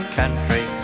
country